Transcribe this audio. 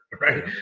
right